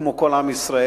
כמו כל עם ישראל,